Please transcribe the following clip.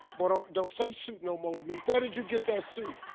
but don't don't say suit no more to me. where did you get that suit?